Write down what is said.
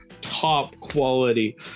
top-quality